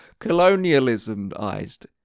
colonialismized